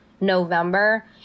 November